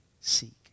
seek